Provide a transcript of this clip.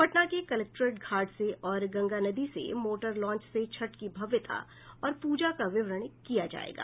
पटना के कलेक्ट्रेट घाट से और गंगा नदी के मोटर लांच से छठ की भव्यता और प्रजा का विवरण प्रसारित किया जायेगा